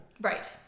Right